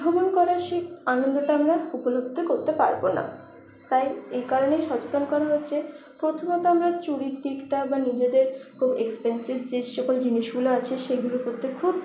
ভ্রমণ করার সেই আনন্দটা আমরা উপলব্ধি করতে পারব না তাই এই কারণেই সচেতন করা হচ্ছে প্রথমত আমরা চুরির দিকটা বা নিজেদের খুব এক্সপেন্সিভ যে সকল জিনিসগুলো আছে সেগুলোর প্রতি খুব